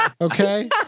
Okay